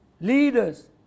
leaders